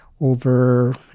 Over